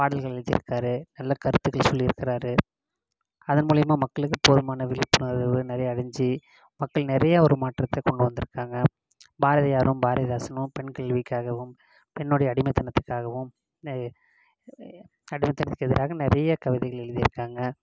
பாடல்கள் எழுதியிருக்காரு நல்ல கருத்துக்களை சொல்லியிருக்குறாரு அதன் மூலிமா மக்களுக்கு போதுமான விழிப்புணர்வுகளும் நிறையா அடைஞ்சி மக்கள் நிறையா ஒரு மாற்றத்தை கொண்டு வந்திருக்காங்க பாரதியாரும் பாரதிதாசனும் பெண் கல்விக்காகவும் பெண்ணுடைய அடிமைத்தனத்துக்காகவும் அடிமைத்தனத்துக்கு எதிராக நிறைய கவிதைகள் எழுதியிருக்காங்க